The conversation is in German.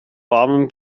warmen